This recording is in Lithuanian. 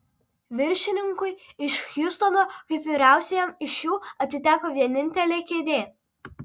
viršininkui iš hjustono kaip vyriausiajam iš jų atiteko vienintelė kėdė